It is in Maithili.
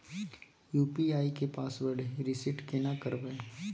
यु.पी.आई के पासवर्ड रिसेट केना करबे?